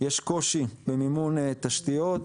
יש קושי במימון תשתיות.